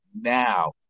now